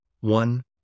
One